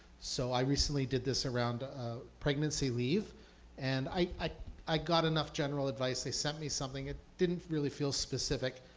so i recently did this around a pregnancy leave and i i got enough general advice. they sent me something. it didn't really feel specific,